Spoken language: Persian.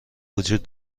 وجود